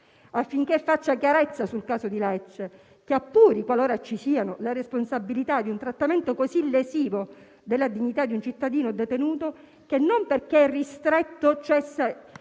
affinché faccia chiarezza sul caso di Lecce e appuri, qualora ci siano, le responsabilità di un trattamento così lesivo della dignità di un cittadino detenuto, che non perché è ristretto cessa